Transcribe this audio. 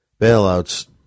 bailouts